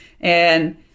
And-